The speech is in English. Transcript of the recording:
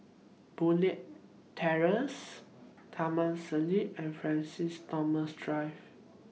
Boon Leat Terrace Taman Siglap and Francis Thomas Drive